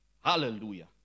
Hallelujah